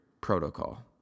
protocol